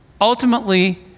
Ultimately